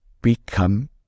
become